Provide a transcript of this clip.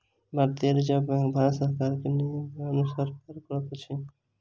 भारतीय reserve bank Bharat सरकार के नियम के अनुसार कार्य करैत अछि